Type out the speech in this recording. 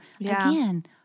again